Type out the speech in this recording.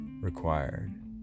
required